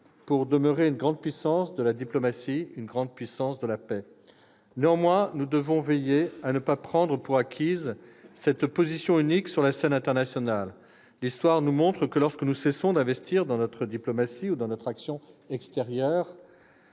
pour demeurer une grande puissance de diplomatie et de paix. Néanmoins, nous devons veiller à ne pas prendre pour acquise cette position unique sur la scène internationale. L'histoire nous montre que lorsque nous cessons d'investir dans notre diplomatie et notre action extérieure,